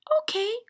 Okay